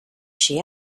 she